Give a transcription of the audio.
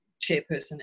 chairperson